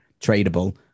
tradable